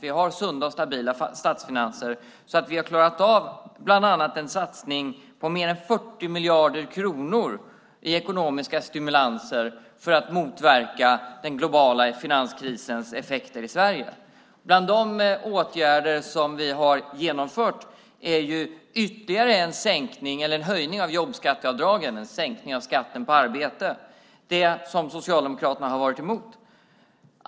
Vi har sunda och stabila statsfinanser och har klarat av bland annat en satsning på mer än 40 miljarder kronor i ekonomiska stimulanser för att motverka den globala finanskrisens effekter i Sverige. Bland de åtgärder som vi har genomfört finns ytterligare en höjning av jobbskatteavdragen, en sänkning av skatten på arbete, som Socialdemokraterna har varit emot.